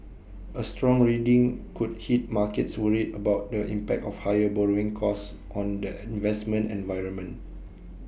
A strong reading could hit markets worried about the impact of higher borrowing costs on the investment environment